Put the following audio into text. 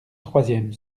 troisième